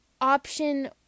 option